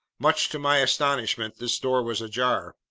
much to my astonishment, this door was ajar.